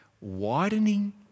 widening